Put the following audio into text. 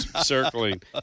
circling